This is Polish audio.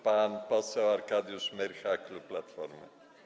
Pan poseł Arkadiusz Myrcha, klub Platformy.